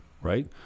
right